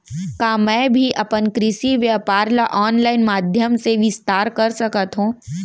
का मैं भी अपन कृषि व्यापार ल ऑनलाइन माधयम से विस्तार कर सकत हो?